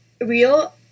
real